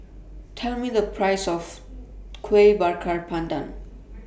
Tell Me The Price of Kueh Bakar Pandan